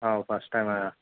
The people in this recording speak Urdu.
ہاں فرسٹ ٹائم آیا